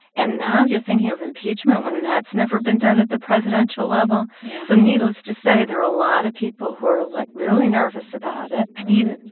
and now you're thinking of impeachment when that's never been done at the presidential level yeah so needless to say, there are a lot of people who are, like, really nervous about it i mean,